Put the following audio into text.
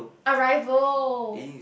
arrival